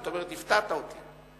זאת אומרת: הפתעת אותי.